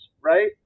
Right